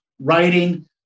writing